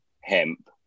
hemp